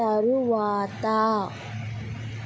తరువాత